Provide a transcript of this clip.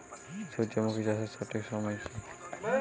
সূর্যমুখী চাষের সঠিক সময় কি?